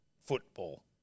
Football